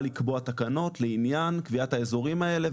לקבוע תקנות לעניין קביעת האזורים האלה,